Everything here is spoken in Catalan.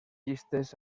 llistes